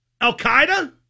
Al-Qaeda